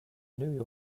new